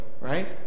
Right